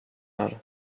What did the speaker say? här